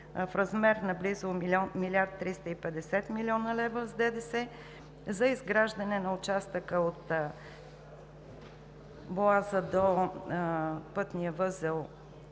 в размер на близо 1 млрд. 350 млн. лв. с ДДС за изграждане на участъка от Боаза до пътния възел